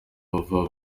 bava